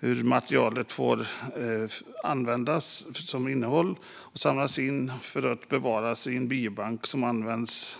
humanbiologiskt material för vissa ändamål ska få samlas in och bevaras i en biobank samt användas.